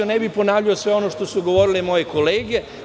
Ne bih ponavljao sve ono što su govorile moje kolege.